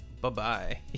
Bye-bye